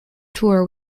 tour